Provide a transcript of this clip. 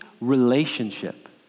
relationship